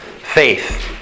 faith